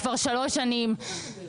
יקבל בין 600,000-900,000